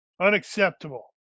Unacceptable